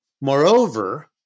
Moreover